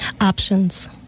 Options